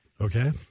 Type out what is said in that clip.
Okay